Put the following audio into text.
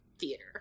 theater